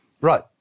Right